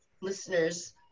listeners